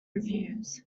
reviews